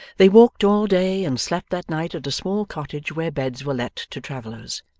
they walked all day, and slept that night at a small cottage where beds were let to travellers.